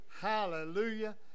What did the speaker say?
Hallelujah